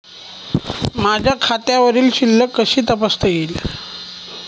माझ्या खात्यावरील शिल्लक कशी तपासता येईल?